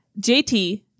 JT